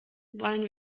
wollen